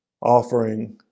offering